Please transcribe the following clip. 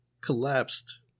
collapsed